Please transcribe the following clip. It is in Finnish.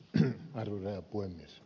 arvoisa herra puhemies